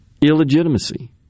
illegitimacy